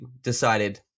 decided